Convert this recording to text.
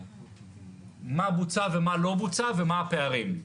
מה בוצע, ומה לא בוצע, ומהם הפערים.